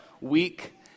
week